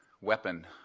weapon